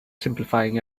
simplifying